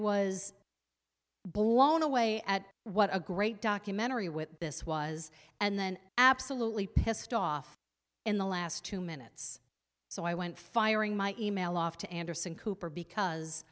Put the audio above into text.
was blown away at what a great documentary with this was and then absolutely pissed off in the last two minutes so i went firing my e mail off to anderson cooper because